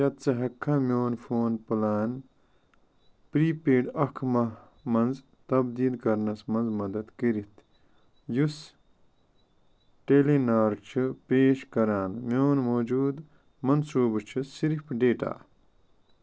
کیٛاہ ژٕ ہیٚککھا میون فون پلان پرٛیٖپیڈ اکھ ماہ منٛز تبدیل کرنس منٛز مدد کٔرِتھ یُس ٹیلی نار چھُ پیش کران میون موجوٗدٕ منصوٗبہٕ چھُ صرف ڈیٹا